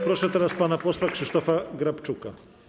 Proszę teraz pana posła Krzysztofa Grabczuka.